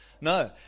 no